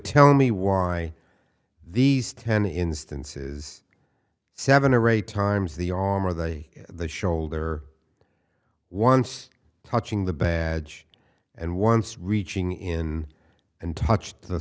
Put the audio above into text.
tell me why these ten instances seven or eight times the arm or the the shoulder once touching the badge and once reaching in and touched the